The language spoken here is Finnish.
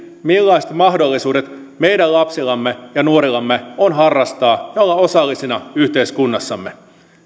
millaiset mahdollisuudet meidän lapsillamme ja nuorillamme on harrastaa ja olla osallisina yhteiskunnassamme